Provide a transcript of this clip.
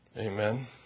Amen